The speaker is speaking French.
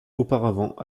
auparavant